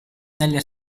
nelle